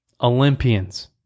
Olympians